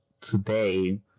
today